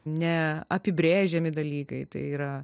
ne apibrėžiami dalykai tai yra